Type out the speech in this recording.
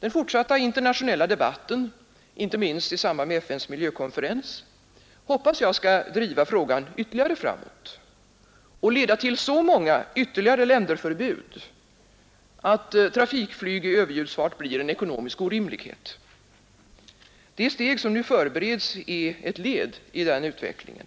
Den fortsatta internationella debatten, inte minst i samband med FN:s miljökonferens, hoppas jag skall driva fragan ännu mer framåt och leda till så många ytterligare länderförbud att trafikflyg i överljudsfart blir en ekonomisk orimlighet. Det steg som nu förbereds är ett led i den utvecklingen.